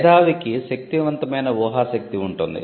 మేధావికి శక్తివంతమైన ఊహా శక్తి ఉంటుంది